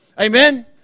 Amen